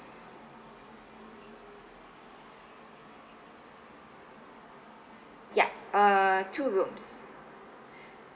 yup uh two rooms